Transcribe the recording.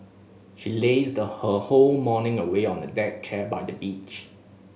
she lazed her whole morning away on a deck chair by the beach